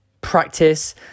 practice